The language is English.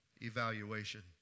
evaluation